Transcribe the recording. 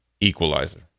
equalizer